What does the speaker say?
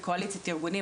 כקואליציית ארגונים,